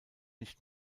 nicht